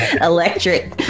Electric